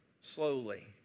slowly